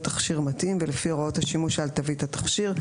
תכשיר מתאים ולפי הוראות השימוש שעל תווית התכשיר.